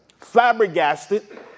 Flabbergasted